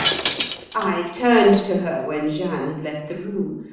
i turned to her when jeanne had left the room.